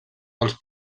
dels